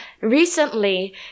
recently